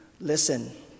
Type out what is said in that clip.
Listen